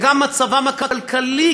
וגם מצבם הכלכלי,